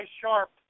sharp